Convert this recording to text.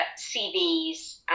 CVs